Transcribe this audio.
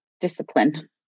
discipline